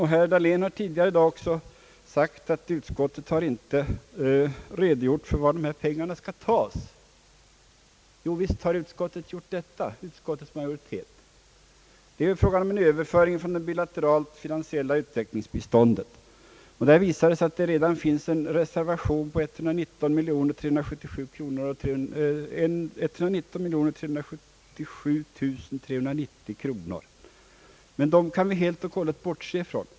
Herr Dahlén har vidare i dag påstått att utskottets majoritet inte har redogjort för varifrån dessa pengar skall tas. Det har utskottets majoritet visst gjort. Det är fråga om en överföring från det bilaterala finansiella utvecklingsbiståndet, där det finns en reservation på 119 337 390 kronor som vi emellertid kan bortse ifrån.